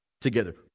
together